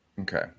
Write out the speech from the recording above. Okay